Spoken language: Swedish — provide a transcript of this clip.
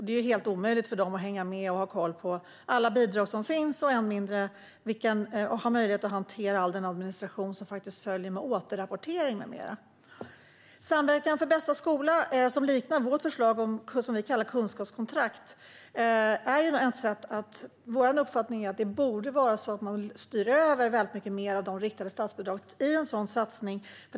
Det är helt omöjligt för dem att ha koll på alla bidrag som finns, för att inte tala om att hantera all den administration som följer med återrapportering med mera. Samverkan för bästa skola liknar vårt förslag om kunskapskontrakt. Vår uppfattning är att man borde kunna styra över mycket mer av riktade statsbidrag till en sådan satsning.